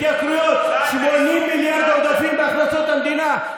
התייקרויות, 80 מיליארד עודפים בהכנסות המדינה.